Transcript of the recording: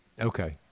Okay